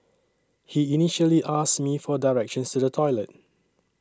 he initially asked me for directions to the toilet